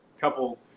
couple